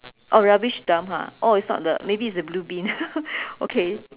oh rubbish dump ha oh it's not the maybe it's the blue bin okay